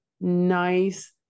nice